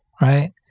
Right